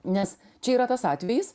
nes čia yra tas atvejis